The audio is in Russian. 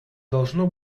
должно